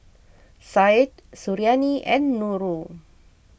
Syed Suriani and Nurul